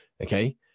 Okay